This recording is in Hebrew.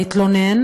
להתלונן: